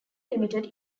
limited